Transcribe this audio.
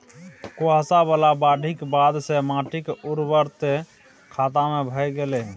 कुसहा बला बाढ़िक बाद तँ माटिक उर्वरते खतम भए गेलै